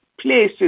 places